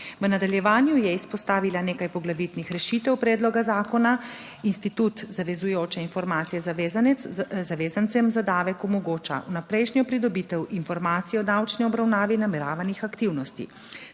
V nadaljevanju je izpostavila nekaj poglavitnih rešitev predloga zakona. Institut zavezujoče informacije zavezanec, zavezancem za davek omogoča vnaprejšnjo pridobitev informacij o davčni obravnavi nameravanih aktivnosti.